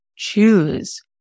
choose